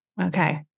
okay